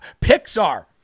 Pixar